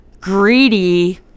greedy